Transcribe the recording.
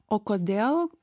o kodėl